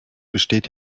besteht